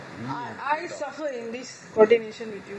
I I suffer in this coordination with you